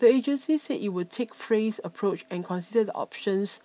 the agency said it will take phased approach and consider the options